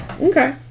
Okay